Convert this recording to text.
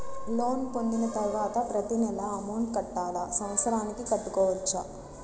Loan పొందిన తరువాత ప్రతి నెల అమౌంట్ కట్టాలా? సంవత్సరానికి కట్టుకోవచ్చా?